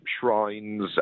shrines